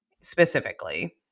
specifically